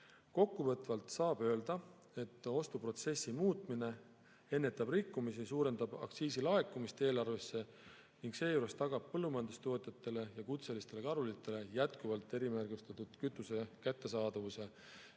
Kokkuvõtvalt saab öelda, et ostuprotsessi muutmine ennetab rikkumisi, suurendab aktsiisilaekumist eelarvesse ning tagab seejuures põllumajandustootjatele ja kutselistele kaluritele jätkuvalt erimärgistatud kütuse kättesaadavuse.